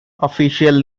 official